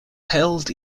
held